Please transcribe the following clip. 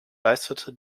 leistete